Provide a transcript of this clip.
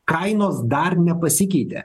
kainos dar nepasikeitė